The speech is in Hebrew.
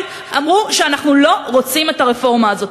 אמרו: אנחנו לא רוצים את הרפורמה הזאת.